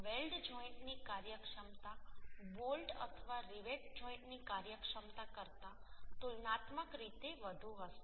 તેથી વેલ્ડ જોઈન્ટની કાર્યક્ષમતા બોલ્ટ અથવા રિવેટ જોઈન્ટની કાર્યક્ષમતા કરતાં તુલનાત્મક રીતે વધુ હશે